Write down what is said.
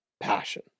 passion